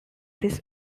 this